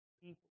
people